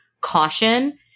caution